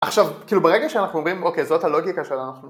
עכשיו, כאילו ברגע שאנחנו אומרים, אוקיי, זאת הלוגיקה שלנו.